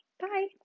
bye